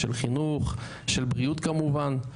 של חינוך של בריאות כמובן.